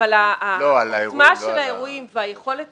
האירועים והיכולת